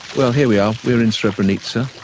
well, here we are, we're in srebrenica.